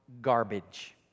garbage